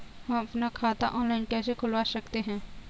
हम अपना खाता ऑनलाइन कैसे खुलवा सकते हैं?